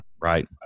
right